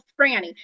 Franny